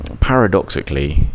paradoxically